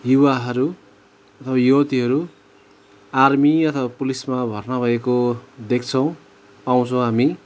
युवाहरू अथवा युवतीहरू आर्मी अथवा पुलिसमा भर्ना भएको देख्छौँ पाउँछौँ हामी